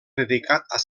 dedicat